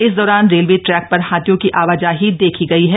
इस दौरान railway track पर हाथियों की आवाजाही देखी गई है